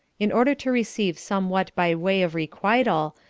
in order to receive somewhat by way of requital,